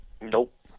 Nope